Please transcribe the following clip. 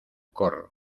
corro